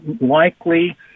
likely